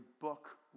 book